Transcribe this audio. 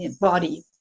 body